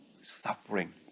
suffering